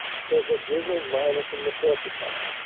says a grizzled miner from the porcupine.